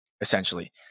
essentially